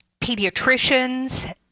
pediatricians